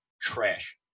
trash